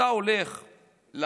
אתה הולך,